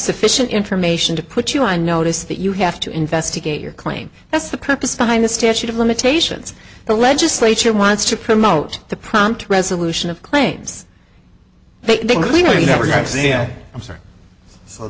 sufficient information to put you on notice that you have to investigate your claim that's the purpose behind the statute of limitations the legislature wants to promote the prompt resolution of claims they think you know nancy yeah i'm sorry